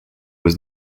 was